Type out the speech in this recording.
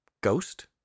Ghost